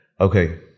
Okay